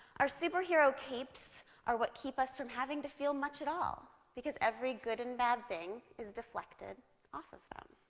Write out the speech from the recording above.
our superhero capes are what keep us from having to feel much at all, because every good and bad thing is deflected off of them.